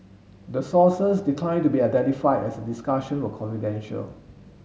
the sources declined to be identified as the discussion were confidential